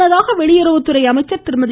முன்னதாக வெளியறவுத்துறை அமைச்சர் திருமதி